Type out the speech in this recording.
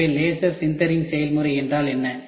எனவே laser sintering செயல்முறை என்றால் என்ன